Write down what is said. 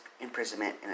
imprisonment